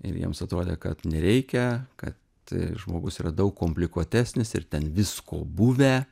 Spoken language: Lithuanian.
ir jiems atrodė kad nereikia kad žmogus yra daug komplikuotesnis ir ten visko buvę